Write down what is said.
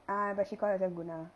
ah but she call herself guna